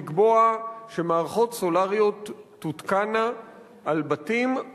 לקבוע שמערכות סולריות תותקנה על בתים,